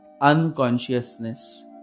unconsciousness